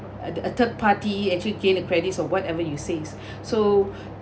a a third party actually gain a credits of whatever you says so